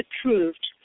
approved